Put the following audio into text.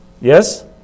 Yes